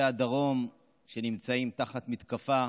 איננו, חברת הכנסת מירב כהן,